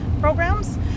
programs